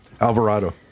Alvarado